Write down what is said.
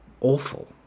awful